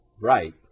Right